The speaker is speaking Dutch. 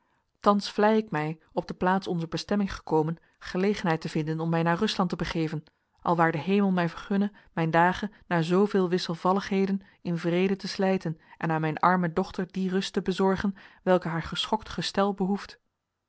vlei ik mij op de plaats onzer bestemming gekomen gelegenheid te vinden om mij naar rusland te begeven alwaar de hemel mij vergunne mijn dagen na zooveel wisselvalligheden in vrede te slijten en aan mijn arme dochter die rust te bezorgen welke haar geschokt gestel behoeft